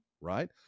right